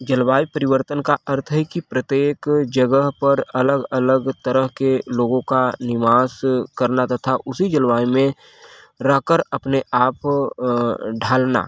जलवायु परिवर्तन का अर्थ है कि प्रत्येक जगह पर अलग अलग तरह के लोगो का निवास करना तथा उसी जलवायु में रह कर अपने आप ढालना